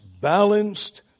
balanced